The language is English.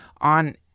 on